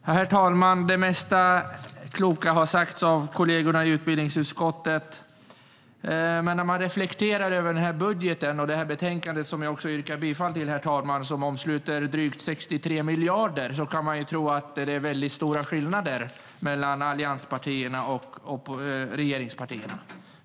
Herr talman! Det mesta kloka har sagts av kollegerna i utbildningsutskottet. När man reflekterar över denna budget och detta betänkande, vilket jag yrkar bifall till, som omsluter drygt 63 miljarder kan man tro att det är väldigt stora skillnader mellan allianspartierna och regeringspartierna.